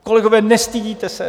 Kolegové, nestydíte se?